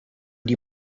die